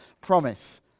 promise